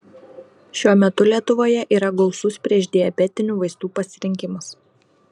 šiuo metu lietuvoje yra gausus priešdiabetinių vaistų pasirinkimas